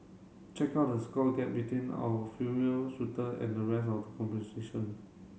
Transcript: check out the score gap between our female shooter and the rest of the competition